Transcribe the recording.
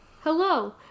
Hello